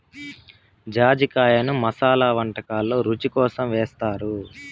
జాజికాయను మసాలా వంటకాలల్లో రుచి కోసం ఏస్తారు